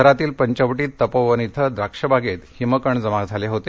शहरातील पंचवटीत तपोवन इथं द्राक्षबागेत हिमकण जमा झाले होते